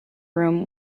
room